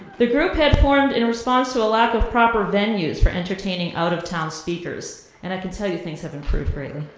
the group had formed in response to a lack of proper venues for entertaining out of town speakers, and i can tell you things have improved greatly.